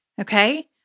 okay